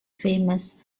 famous